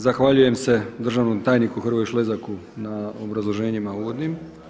Zahvaljujem se državnom tajniku Hrvoju Šlezaku na obrazloženjima uvodnim.